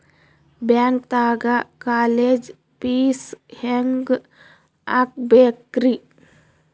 ಬ್ಯಾಂಕ್ದಾಗ college fees ಹೆಂಗ್ ಕಟ್ಟ್ಬೇಕ್ರಿ?